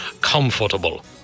comfortable